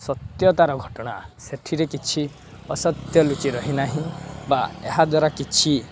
ସତ୍ୟତାର ଘଟଣା ସେଥିରେ କିଛି ଅସତ୍ୟ ଲୁଚି ରହିନାହିଁ ବା ଏହା ଦ୍ୱାରା କିଛି